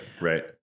right